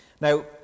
now